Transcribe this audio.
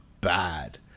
bad